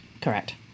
Correct